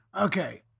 okay